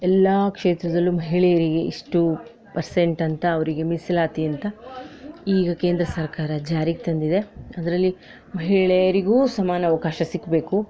ಎಲ್ಲ ಕ್ಷೇತ್ರದಲ್ಲೂ ಮಹಿಳೆಯರಿಗೆ ಇಷ್ಟು ಪರ್ಸೆಂಟ್ ಅಂತ ಅವರಿಗೆ ಮೀಸಲಾತಿ ಅಂತ ಈಗ ಕೇಂದ್ರ ಸರ್ಕಾರ ಜಾರಿಗೆ ತಂದಿದೆ ಅದರಲ್ಲಿ ಮಹಿಳೆಯರಿಗೂ ಸಮಾನ ಅವಕಾಶ ಸಿಗಬೇಕು